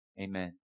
Amen